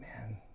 man